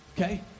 Okay